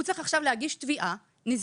למה הוא צריך עכשיו להגיש תביעה נזיקית,